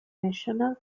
national